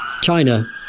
China